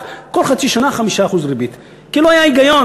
כל חצי שנה 5% ריבית כי לא היה היגיון.